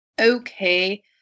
okay